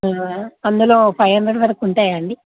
అందులో five hundred వరకూ ఉంటాయాండీ